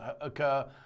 occur